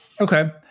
Okay